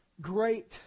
Great